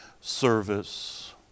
service